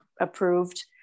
approved